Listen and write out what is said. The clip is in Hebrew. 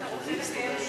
אתה רוצה לקיים דיון אצלך?